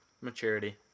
Maturity